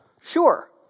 sure